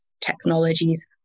technologies